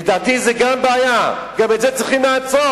לדעתי גם זו בעיה, גם את זה צריך לעצור.